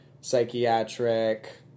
psychiatric